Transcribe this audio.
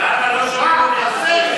זהבה, לא שומעים אותך מספיק.